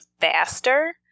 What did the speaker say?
faster